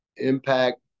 impact